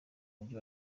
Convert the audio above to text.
mujyi